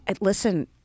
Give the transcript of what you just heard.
listen